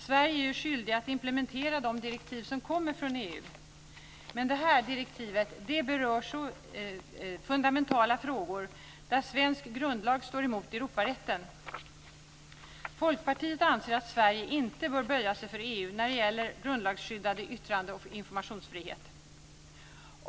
Sverige är ju skyldigt att implementera de direktiv som kommer från EU, men detta direktiv berör fundamentala frågor där svensk grundlag står emot Europarätten. Folkpartiet anser att Sverige inte bör böja sig för EU när det gäller grundlagsskyddad yttrande och informationsfrihet.